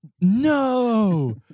No